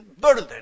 burden